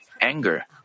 anger